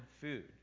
food